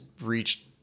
reached